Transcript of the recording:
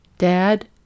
dad